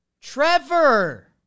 Trevor